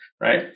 right